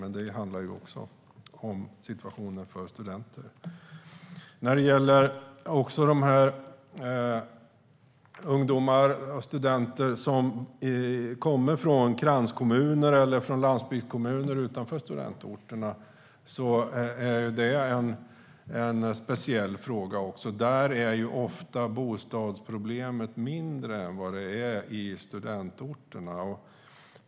Men det handlar också om situationen för studenter. När det gäller ungdomar och studenter som kommer från kranskommuner eller från landsbygdskommuner utanför studieorterna är det en speciell fråga. Där är ofta bostadsproblemet mindre än vad det är i studieorterna.